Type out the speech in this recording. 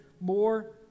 more